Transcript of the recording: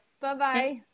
Bye-bye